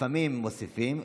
לפעמים מוסיפים,